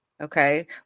okay